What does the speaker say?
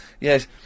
Yes